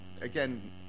again